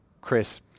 Chris